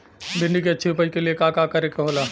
भिंडी की अच्छी उपज के लिए का का करे के होला?